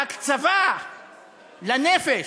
ההקצבה לנפש,